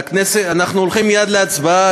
אנחנו הולכים מייד להצבעה.